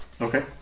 Okay